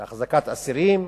בהחזקת אסירים,